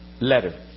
letter